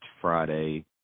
Friday